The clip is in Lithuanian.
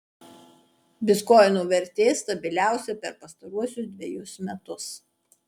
bitkoino vertė stabiliausia per pastaruosius dvejus metus